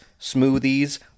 smoothies